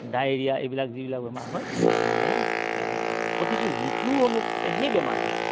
diarrhoea এইবিলাক যিবিলাক বেমাৰ হয় এইবিলাক মানে প্ৰতিটো ঋতুৰ অনুপাতে সেই বেমাৰবিলাক হয়